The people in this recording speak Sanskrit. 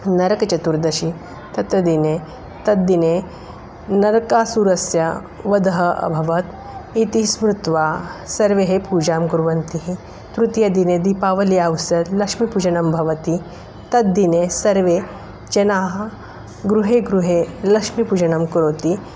नरकचतुर्दशि तत्र दिने तद्दिने नरकासुरस्य वधः अभवत् इति स्मृत्वा सर्वे पूजां कुर्वन्ति तृतीयदिने दीपावलिः आवसरे लक्ष्मीपूजनं भवति तद्दिने सर्वे जनाः गृहे गृहे लक्ष्मीपूजनं करोति